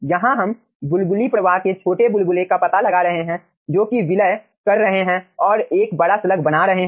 यहाँ हम बुलबुली प्रवाह के छोटे बुलबुले का पता लगा रहे हैं जो कि विलय कर रहे हैं और एक बड़ा स्लग बना रहे हैं